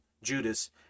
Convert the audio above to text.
judas